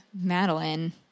Madeline